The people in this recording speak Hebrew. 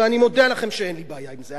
ואני מודיע לכם שאין לי בעיה עם זה,